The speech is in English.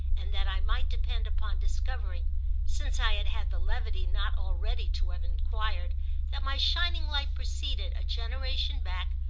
and that i might depend upon discovering since i had had the levity not already to have enquired that my shining light proceeded, a generation back,